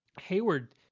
Hayward